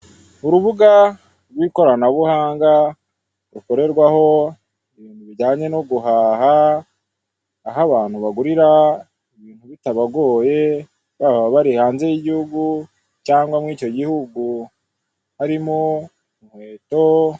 Urubuga rw'ikoranabuhanga rukorerwaho ibintu bijyanye no guhaha, aho abantu bagurira ibintu bitabagoye, baba bari hanze y'igihugu cyangwa mu icyo gihugu. Harimo inkweto.